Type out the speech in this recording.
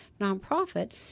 nonprofit